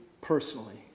personally